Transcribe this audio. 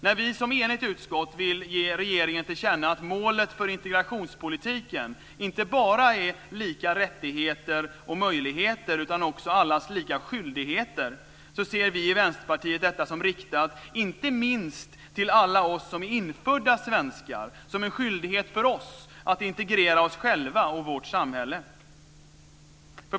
När vi som enigt utskott vill ge regeringen till känna att målet för integrationspolitiken inte bara är lika rättigheter och möjligheter utan också allas lika skyldigheter, ser vi i Vänsterpartiet detta som riktat inte minst till alla oss som är infödda svenskar, som en skyldighet för oss att integrera oss själva och vårt samhälle.